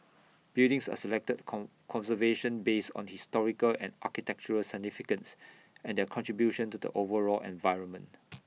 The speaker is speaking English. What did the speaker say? buildings are selected come conservation based on historical and architectural significance and their contribution to the overall environment